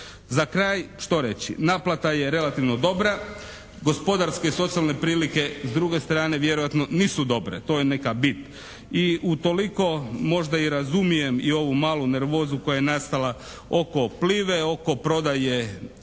Za kraj, što reći? Naplata je relativno dobra, gospodarske i socijalne prilike s druge strane vjerojatno nisu dobre, to je neka bit i utoliko možda i razumijem i ovu malu nervozu koja je nastala oko "Plive", oko prodaje